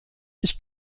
ich